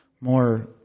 more